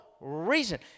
reason